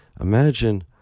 Imagine